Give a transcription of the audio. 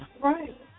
Right